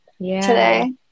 today